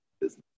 business